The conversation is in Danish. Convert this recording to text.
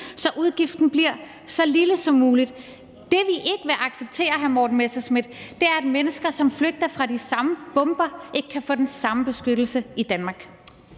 så udgiften bliver så lille som muligt. Det, som vi ikke vil acceptere, hr. Morten Messerschmidt, er, at mennesker, som flygter fra de samme bomber, ikke kan få den samme beskyttelse i Danmark.